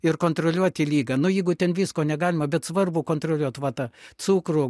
ir kontroliuoti ligą nu jeigu ten visko negalima bet svarbu kontroliuot va tą cukrų